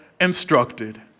instructed